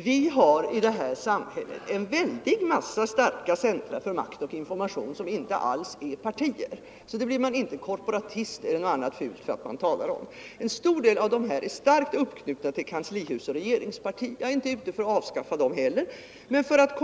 Herr talman! Vi har i vårt samhälle en mycket stor mängd starka centra — ken, m.m. för makt och information som inte är partier. Och för att man talar om det blir man inte korporativist eller något annat. En stor del av dessa centra är starkt knutna till kanslihus och regeringsparti, och jag är inte ute efter att avskaffa dem heller, utan min avsikt är att de skall